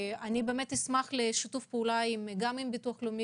אני אשמח לשיתוף פעולה גם עם הביטוח הלאומי